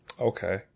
okay